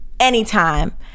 Anytime